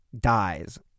dies